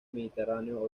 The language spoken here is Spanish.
mediterráneo